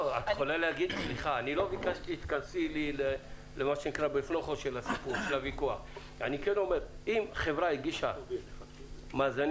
לא ביקשתי שתיכנסי לתוך הסיפור אני רק אומר: אם חברה הגישה מאזנים